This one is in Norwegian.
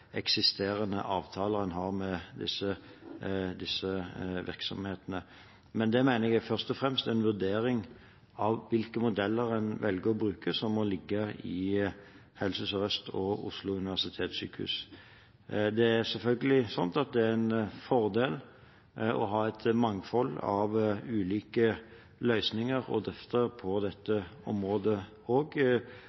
eksisterende avtaler en har med disse virksomhetene. Men det mener jeg først og fremst er en vurdering av hvilke modeller en velger å bruke, som må ligge i Helse Sør-Øst og Oslo universitetssykehus. Det er selvfølgelig en fordel å ha et mangfold av ulike løsninger å drøfte på dette